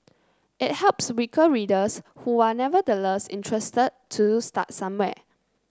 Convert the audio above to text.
it helps weaker readers who are nevertheless interested to start somewhere